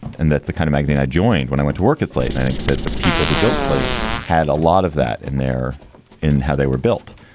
and that's the kind of magazine i joined when i went to work at slate. i think that the people who built slate had a lot of that in there in how they were built.